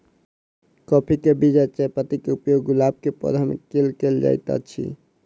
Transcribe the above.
काफी केँ बीज आ चायपत्ती केँ उपयोग गुलाब केँ पौधा मे केल केल जाइत अछि?